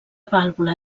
vàlvula